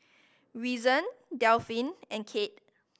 Reason Delphin and Kade